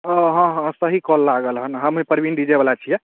हाँ हाँ हाँ सही कॉल लागल हँ हमे प्रवीण डी जे वला छिए